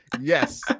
Yes